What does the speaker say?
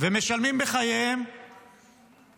ומשלמים בחייהם